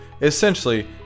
essentially